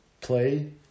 play